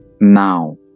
Now